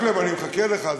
מקלב, מקלב, אני מחכה לך.